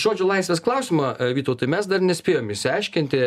žodžio laisvės klausimą vytautai mes dar nespėjom išsiaiškinti